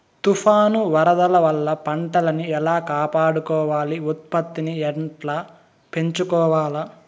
తుఫాను, వరదల వల్ల పంటలని ఎలా కాపాడుకోవాలి, ఉత్పత్తిని ఎట్లా పెంచుకోవాల?